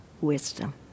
wisdom